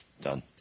done